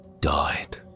died